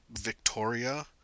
Victoria